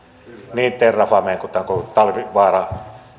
niin terrafamen kuin tämän koko talvivaaran